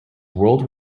world